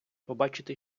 побачити